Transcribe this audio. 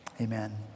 Amen